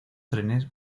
trenes